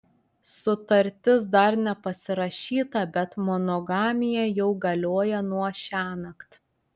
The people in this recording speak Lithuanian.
sutartis dar nepasirašyta bet monogamija jau galioja nuo šiąnakt